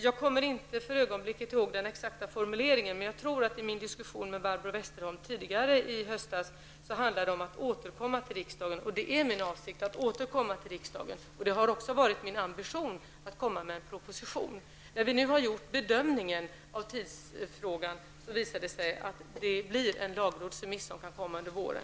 Jag kommer för ögonblicket inte ihåg den exakta formuleringen, men jag tror att det i diskussionen med Barbro Westerholm tidigare i höstas handlade om att jag skulle återkomma till riksdagen. Det är min avsikt att återkomma till riksdagen i denna fråga. Det har också varit min ambition att komma med en proposition. När vi nu gjort bedömningen av tidsfrågan visade det sig att en lagrådsremiss kan komma under våren.